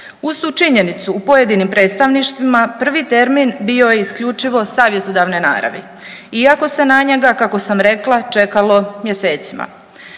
Uz tu činjenicu u pojedinim predstavništvima prvi termin bio je isključivo savjetodavne naravi iako se na njega kako sam rekla čekalo mjesecima.